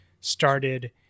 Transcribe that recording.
started